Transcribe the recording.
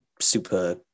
super